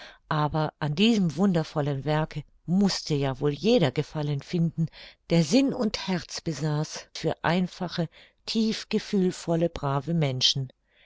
aber an diesem wundervollen werke mußte ja wohl jeder gefallen finden der sinn und herz besaß für einfache tief gefühlvolle brave menschen